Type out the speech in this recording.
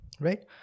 right